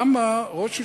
למה ראש ממשלה,